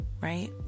right